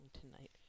tonight